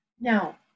Now